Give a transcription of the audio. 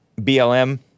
BLM